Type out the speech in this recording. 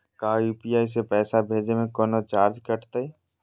का यू.पी.आई से पैसा भेजे में कौनो चार्ज कटतई?